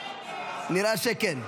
נראה שכן.